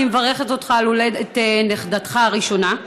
אני מברכת אותך על הולדת נכדתך הראשונה.